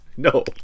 No